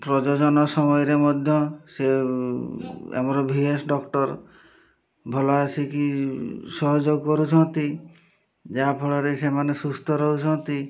ପ୍ରଜନନ ସମୟରେ ମଧ୍ୟ ସେ ଆମର ଭି ଏସ୍ ଡକ୍ଟର୍ ଭଲ ଆସିକି ସହଯୋଗ କରୁଛନ୍ତି ଯାହାଫଳରେ ସେମାନେ ସୁସ୍ଥ ରହୁଛନ୍ତି